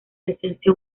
presencia